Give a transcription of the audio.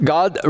God